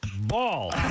Ball